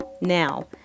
Now